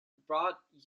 brought